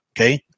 okay